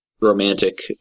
romantic